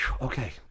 okay